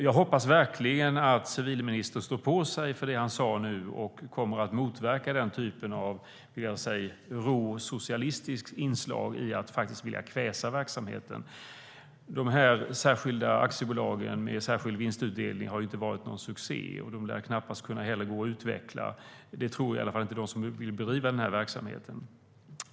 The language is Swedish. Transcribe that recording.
Jag hoppas verkligen att civilministern står för det han nu har sagt och kommer att motverka den typen av, vill jag säga, råsocialistiska inslag som vill kväsa verksamheten. De särskilda aktiebolagen med särskild vinstutdelning har ju inte varit någon succé, och de lär knappast heller gå att utveckla. Det tror i alla fall inte de som vill bedriva den verksamheten.